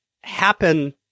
happen